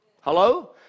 Hello